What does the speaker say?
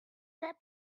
their